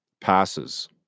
passes